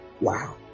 Wow